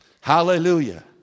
Hallelujah